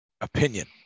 opinion